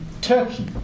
Turkey